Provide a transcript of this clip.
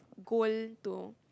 goal to